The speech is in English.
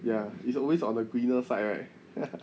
ya it's always on the greener side right